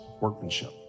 workmanship